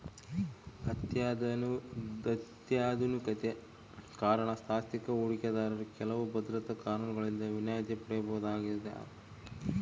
ಅತ್ಯಾಧುನಿಕತೆಯ ಕಾರಣ ಸಾಂಸ್ಥಿಕ ಹೂಡಿಕೆದಾರರು ಕೆಲವು ಭದ್ರತಾ ಕಾನೂನುಗಳಿಂದ ವಿನಾಯಿತಿ ಪಡೆಯಬಹುದಾಗದ